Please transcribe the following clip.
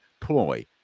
ploy